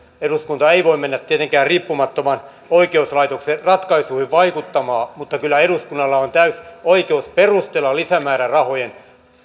eduskunta ei voi mennä tietenkään riippumattoman oikeuslaitoksen ratkaisuihin vaikuttamaan mutta kyllä eduskunnalla on täysi oikeus perustella lisämäärärahojen